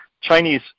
Chinese